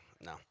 No